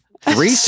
three